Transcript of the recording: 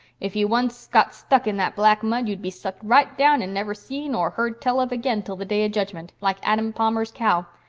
if you once got stuck in that black mud you'd be sucked right down and never seen or heard tell of again till the day of judgment, like adam palmer's cow.